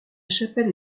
chapelle